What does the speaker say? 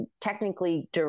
technically